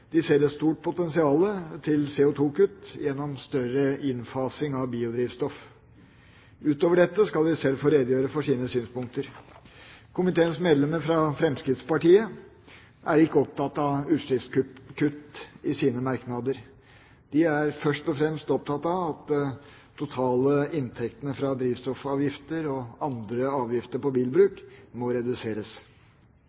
De ser et stort potensial til CO2-kutt gjennom større innfasing av biodrivstoff. Utover dette skal de selv få redegjøre for sine synspunkter. Komiteens medlemmer fra Fremskrittspartiet er ikke opptatt av utslippskutt i sine merknader, men er først og fremst opptatt av at de totale inntektene fra drivstoffavgifter og andre avgifter på bilbruk